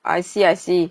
I see I see